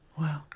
Wow